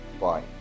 bye